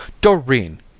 Doreen